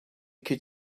could